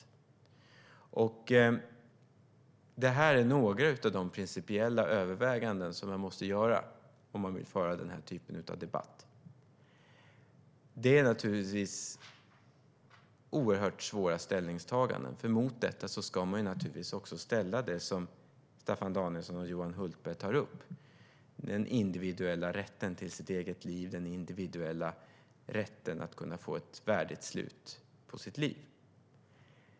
Det här är några av de principiella överväganden som man måste göra om man vill föra den här typen av debatt. Det är naturligtvis oerhört svåra ställningstaganden, för mot detta ska man naturligtvis också ställa det som Staffan Danielsson och Johan Hultberg tar upp, nämligen den individuella rätten till sitt eget liv, den individuella rätten att kunna få ett värdigt slut på sitt liv.